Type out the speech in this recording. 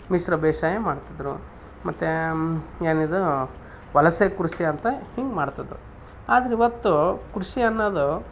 ಮಿಶ್ರ ಬೇಸಾಯ ಮಾಡ್ತಿದ್ರು ಮತ್ತು ಏನಿದು ವಲಸೆ ಕೃಷಿ ಅಂತ ಹಿಂಗೆ ಮಾಡ್ತಿದ್ರು ಆದ್ರ ಇವತ್ತು ಕೃಷಿ ಅನ್ನೊದು